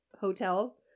hotel